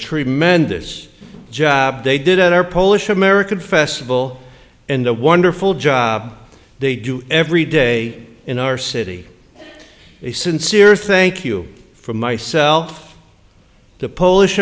tremendous job they did at our polish american festival and the wonderful job they do every day in our city a sincere thank you for myself to polish